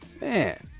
Man